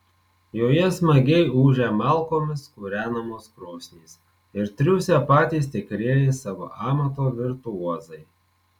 joje smagiai ūžia malkomis kūrenamos krosnys ir triūsia patys tikrieji savo amato virtuozai